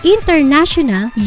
International